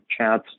chats